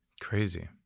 Crazy